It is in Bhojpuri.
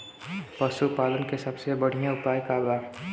पशु पालन के सबसे बढ़ियां उपाय का बा?